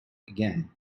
again